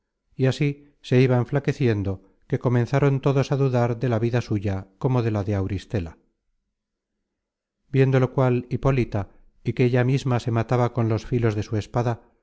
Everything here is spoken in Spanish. y así se iba enflaqueciendo que comenzaron todos á dudar de la vida suya como de la de auristela viendo lo cual hipólita y que ella misma se mataba con los filos de su espada